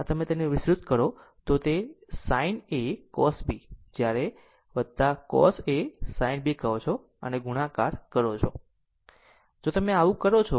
આ તે તમે તેને વિસ્તૃત કરો sin A cos B જ્યારે જેને તમે cos A sin B કહો છો અને તમે ગુણાકાર કરો છો